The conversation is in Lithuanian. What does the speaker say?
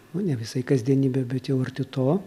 nu ne visai kasdienybė bet jau arti to